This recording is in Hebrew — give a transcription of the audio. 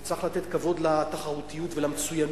וצריך לתת כבוד לתחרותיות ולמצוינות,